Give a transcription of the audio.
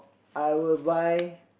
I will buy